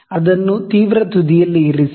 ಅದನ್ನು ತುದಿಯಲ್ಲಿ ಇರಿಸಿ